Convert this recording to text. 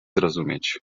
zrozumieć